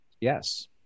Yes